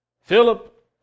Philip